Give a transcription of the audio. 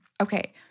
Okay